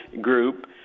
group